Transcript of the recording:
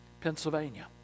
Pennsylvania